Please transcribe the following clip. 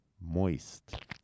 moist